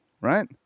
right